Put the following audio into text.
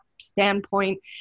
standpoint